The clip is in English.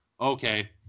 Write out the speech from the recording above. Okay